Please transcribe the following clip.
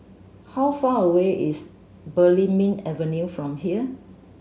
how far away is Belimbing Avenue from here